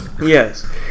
yes